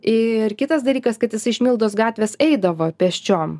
ir kitas dalykas kad jisai iš mildos gatvės eidavo pėsčiom